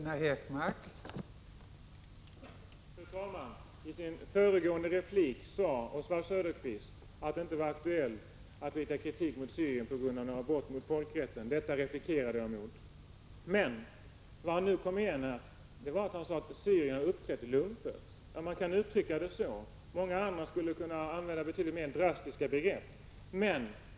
Fru talman! I sitt föregående anförande sade Oswald Söderqvist att det inte var aktuellt att rikta kritik mot Syrien på grund av några brott mot folkrätten. Detta protesterade jag mot. Nu säger Oswald Söderqvist att Syrien har uppträtt lumpet. Ja, man kan uttrycka det så. Många andra skulle kunna använda betydligt mer drastiska begrepp.